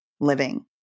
living